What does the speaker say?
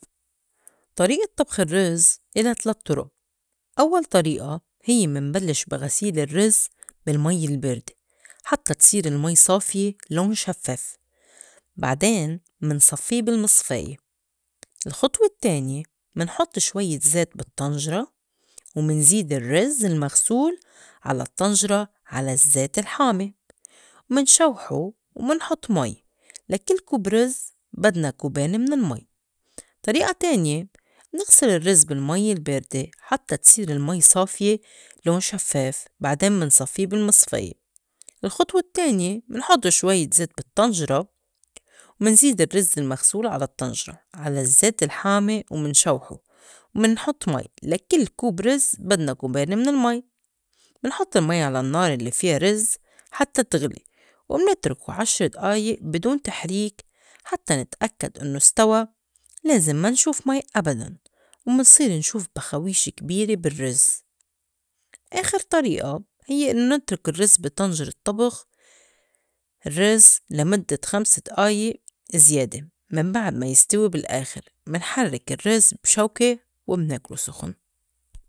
طريئة طبخ الرّز إلا تلات طُرُء، أوّل طريئة هي منبلّش بي غسيل الرّز بالمي الباردة حتّى تصير المي صافية لون شفّاف، بعدين منصفّيه بالمصفاية، الخطوى التّانية منحط شويّة زيت بالطّنْجرة ومنزيد الرّز المغسول على الطّنْجرة على الزّيت الحامي ومنشوحو ومنحُط مي لكِل كوب رِز بدنا كوبين من المي. طريئة تانية منغسِل الّز بالمي الباردة حتّى تصير المي صافية لون شفّاف بعدين منصفّي بالمصفاية، الخطوى التّانية منحُط شويّة زيت بالطّنْجرة ومنزيد الرّز المغسول على الطّنْجرة على الزّيت الحامي ومنشوّحو ومنحط مي لكل كوب رز بدنا كوبين من المي، منحط المي على نار الّي فيا رز حتّى تغلي ومنتركو عشر دئايئ بدون تحريك حتّى نتأكّد إنّو ستوى لازم ما نشوف مي أبداً ومنصير نشوف بخاويش كبيرة بالرّز. آخر طريئة هيّ إنّو نترك الرّز بي طنجرة طبخ الرّز لمدّة خمس دقايق زيادة من بعد ما يستوي بالآخر منحرّك الرّز بشوكة ومناكلو سُخُن.